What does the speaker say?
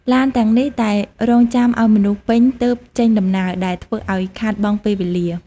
ឡានទាំងនេះច្រើនតែរង់ចាំឱ្យមនុស្សពេញទើបចេញដំណើរដែលធ្វើឱ្យខាតបង់ពេលវេលា។